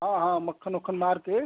हाँ हाँ मक्खन ओक्खन मार कर